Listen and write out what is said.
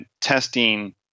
testing